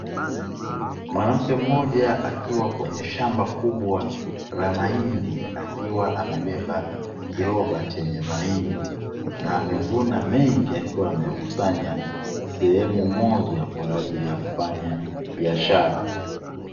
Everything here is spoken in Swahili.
Mwanamke mmoja akiwa kwenye shamba kubwa la mahindi, akiwa amebeba kiroba chenye mahindi, na amevuna mengi, akiwa ameyakusanya sehemu moja kwa ajili ya kufanya biashara.